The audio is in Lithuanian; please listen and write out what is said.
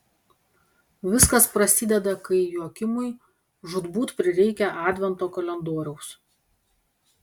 viskas prasideda kai joakimui žūtbūt prireikia advento kalendoriaus